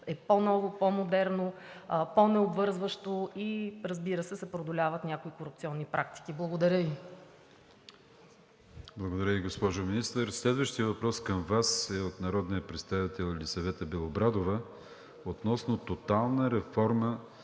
е по-ново, по-модерно, по-необвързващо и разбира се, се преодоляват някои корупционни практики. Благодаря Ви. ПРЕДСЕДАТЕЛ АТАНАС АТАНАСОВ: Благодаря Ви, госпожо Министър. Следващият въпрос към Вас е от народния представител Елисавета Белобрадова относно тотална реформа